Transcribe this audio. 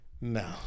No